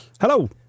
Hello